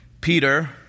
Peter